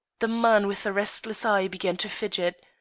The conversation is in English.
the man with the restless eye began to fidget.